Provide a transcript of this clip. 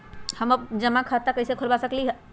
हम जमा खाता कइसे खुलवा सकली ह?